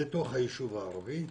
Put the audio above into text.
לתוך היישוב הערבי,